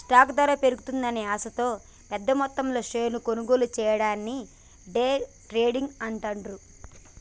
stock ధర పెరుగుతుందనే ఆశతో పెద్దమొత్తంలో షేర్లను కొనుగోలు చెయ్యడాన్ని డే ట్రేడింగ్ అంటాండ్రు